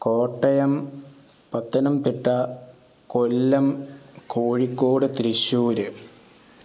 Kottayam Pathanamthitta Kollam Kozhikode Thrissur